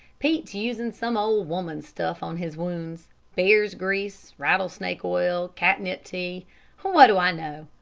pete's usin' some old woman's stuff on his wounds bear's grease, rattlesnake oil, catnip tea what do i know?